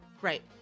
Right